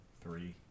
three